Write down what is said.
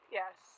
yes